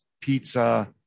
pizza